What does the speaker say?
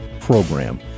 program